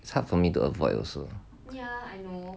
it's hard for me to avoid also ya I know